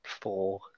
four